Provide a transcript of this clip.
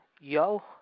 Yo